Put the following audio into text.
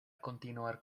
continuar